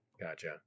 Gotcha